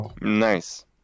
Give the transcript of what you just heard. Nice